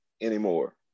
anymore